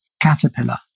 caterpillar